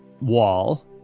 wall